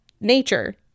nature